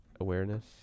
awareness